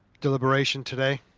deliberation today?